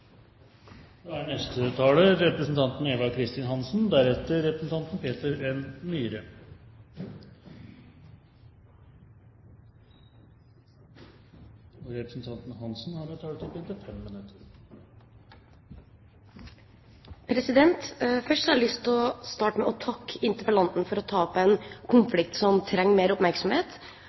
de enkelte selskap. Først har jeg lyst til å starte med å takke interpellanten for å ta opp en konflikt som trenger mer oppmerksomhet,